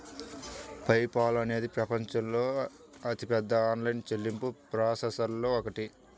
pay Paul అనేది ప్రపంచంలోని అతిపెద్ద ఆన్లైన్ చెల్లింపు ప్రాసెసర్లలో ఒకటి